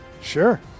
Sure